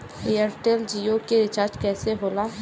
Airtel Jio के recharge कैसे होला?